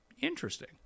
Interesting